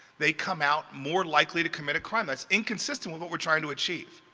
they come out more likely to commit a crime. that's inconsistent with what we are trying to achieve.